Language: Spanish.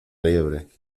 liebre